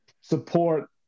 support